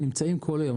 שנמצאים כל היום.